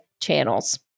channels